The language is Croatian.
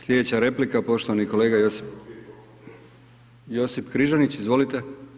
Slijedeća replika poštovani kolega Josip Križanić, izvolite.